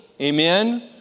Amen